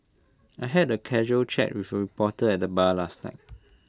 I had A casual chat with A reporter at the bar last night